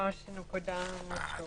3% נקודה משהו.